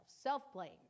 self-blame